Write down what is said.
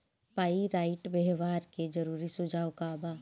Pyrite व्यवहार के जरूरी सुझाव का वा?